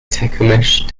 tecumseh